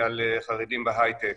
ועל חרדים בהייטק.